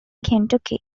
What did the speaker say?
kentucky